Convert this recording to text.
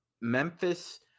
Memphis